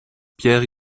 pierre